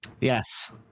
yes